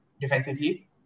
defensively